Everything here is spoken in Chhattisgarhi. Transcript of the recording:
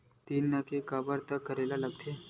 ऋण के काबर तक करेला लगथे?